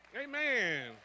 Amen